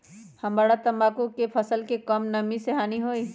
हमरा तंबाकू के फसल के का कम नमी से हानि होई?